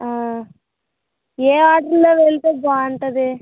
ఆ ఏ ఆర్డర్లో వెళ్తే బాగుంటుంది